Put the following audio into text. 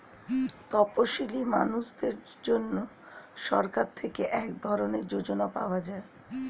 তপসীলি মানুষদের জন্য সরকার থেকে এক ধরনের যোজনা পাওয়া যায়